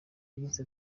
yagize